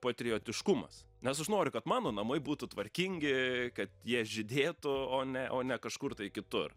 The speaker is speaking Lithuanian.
patriotiškumas nes aš noriu kad mano namai būtų tvarkingi kad jie žydėtų o ne o ne kažkur tai kitur